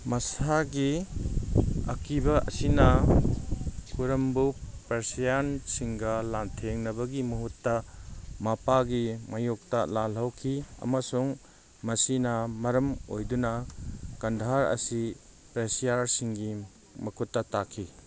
ꯃꯁꯥꯒꯤ ꯑꯀꯤꯕ ꯑꯁꯤꯅ ꯈꯨꯔꯝꯕꯧ ꯄꯔꯁꯤꯌꯥꯟꯁꯤꯡꯒ ꯂꯥꯟꯊꯦꯡꯅꯕꯒꯤ ꯃꯍꯨꯠꯇ ꯃꯄꯥꯒꯤ ꯃꯥꯏꯌꯣꯛꯇ ꯂꯥꯟ ꯍꯧꯈꯤ ꯑꯃꯁꯨꯡ ꯃꯁꯤꯅ ꯃꯔꯝ ꯑꯣꯏꯗꯨꯅ ꯀꯟꯙꯥꯔ ꯑꯁꯤ ꯄꯔꯁꯤꯌꯥꯔꯁꯤꯡꯒꯤ ꯃꯈꯨꯠꯇ ꯇꯥꯈꯤ